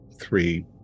three